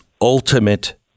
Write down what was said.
ultimate